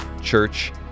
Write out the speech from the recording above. church